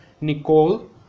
Nicole